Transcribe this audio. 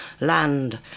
Land